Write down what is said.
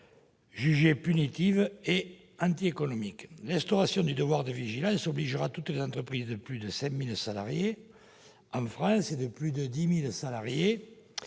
...